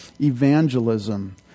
evangelism